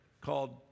called